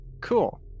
Cool